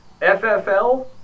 FFL